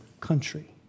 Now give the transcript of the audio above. country